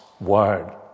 word